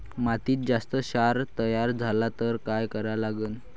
मातीत जास्त क्षार तयार झाला तर काय करा लागन?